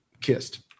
kissed